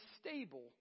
stable